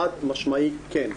חד משמעי כן.